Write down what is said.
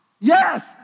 Yes